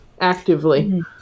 actively